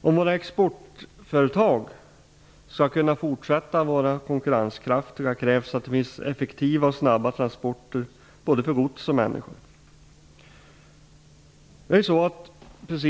Om våra exportföretag skall kunna fortsätta att vara konkurrenskraftiga krävs att det finns effektiva och snabba transporter både för gods och för människor.